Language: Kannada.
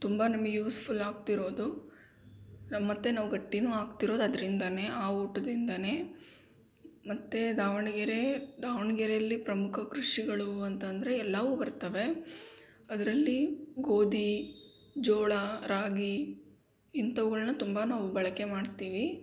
ತುಂಬ ನಮಗೆ ಯೂಸ್ಫುಲ್ ಆಗ್ತಿರೋದು ನಾನು ಮತ್ತು ನಾವು ಗಟ್ಟಿನೂ ಆಗ್ತಿರೋದು ಅದರಿಂದಾನೆ ಆ ಊಟದಿಂದನೇ ಮತ್ತು ದಾವಣಗೆರೆ ದಾವಣಗೆರೆಯಲ್ಲಿ ಪ್ರಮುಖ ಕೃಷಿಗಳು ಅಂತಂದರೆ ಎಲ್ಲವೂ ಬರ್ತವೆ ಅದರಲ್ಲಿ ಗೋಧಿ ಜೋಳ ರಾಗಿ ಇಂಥವುಗಳನ್ನ ತುಂಬ ನಾವು ಬಳಕೆ ಮಾಡ್ತೀವಿ